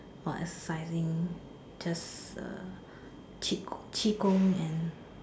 or exercising just uh 气功 and